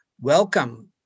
welcome